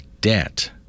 debt